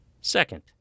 Second